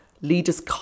leaders